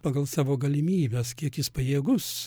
pagal savo galimybes kiek jis pajėgus